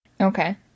Okay